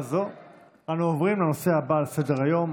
רגועה זו אנו עוברים לנושא הבא על סדר-היום,